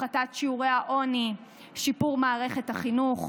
הפחתת שיעורי העוני, שיפור מערכת החינוך.